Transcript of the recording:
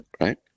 right